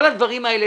כל הדברים האלה.